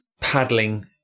paddling